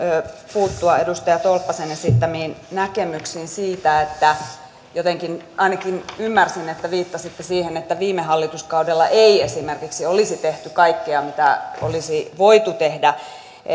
puuttua edustaja tolppasen esittämiin näkemyksiin siitä että jotenkin ainakin ymmärsin että viittasitte siihen viime hallituskaudella ei esimerkiksi olisi tehty kaikkea mitä olisi voitu tehdä